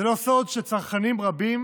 זה לא סוד שצרכנים רבים